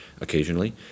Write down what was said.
occasionally